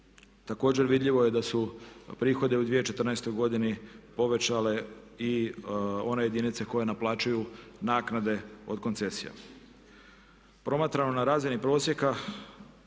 Također vidljivo je da su prihode u 2014.godini povećale i one jedinice koje naplaćuju naknade od koncesija.